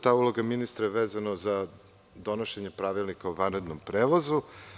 Ta uloga ministra je vezana za donošenja Pravilnika o vanrednom prevozu.